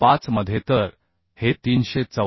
5 मध्ये तर हे 314